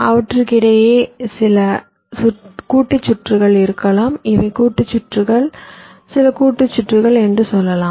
அவற்றுக்கிடையே சில கூட்டு சுற்றுகள் இருக்கலாம் இவை கூட்டுச் சுற்றுகள் சில கூட்டுச் சுற்றுகள் என்று சொல்லலாம்